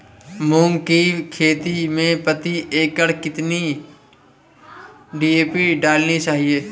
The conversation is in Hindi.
मूंग की खेती में प्रति एकड़ कितनी डी.ए.पी डालनी चाहिए?